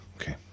Okay